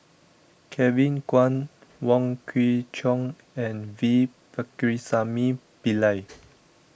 Kevin Kwan Wong Kwei Cheong and V Pakirisamy Pillai